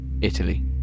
Italy